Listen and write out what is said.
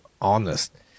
honest